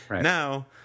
Now